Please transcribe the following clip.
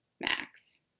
Max